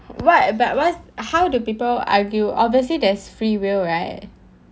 what but what's how do people argue obviously there's free will right